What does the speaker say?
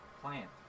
plant